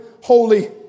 holy